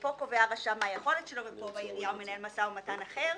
ופה קובע הרשם מה היכולת שלו ופה בעירייה הוא מנהל משא ומתן אחר.